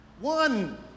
one